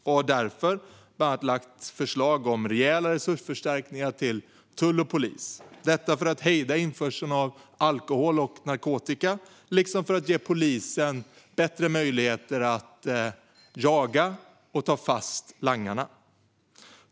Vi har därför bland annat lagt fram förslag om rejäla resursförstärkningar till tull och polis för att hejda införseln av alkohol och narkotika och för att ge polisen ökade möjligheter att jaga och ta fast langarna.